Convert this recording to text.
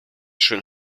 schön